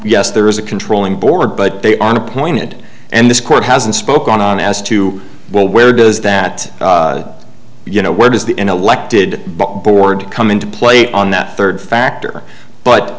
yes there is a controlling board but they are appointed and this court hasn't spoken on as to where does that you know where does the elected board come into play on that third factor but